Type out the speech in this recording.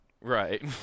Right